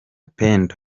pendo